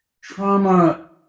trauma